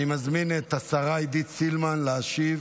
אני מזמין את השרה עידית סילמן להשיב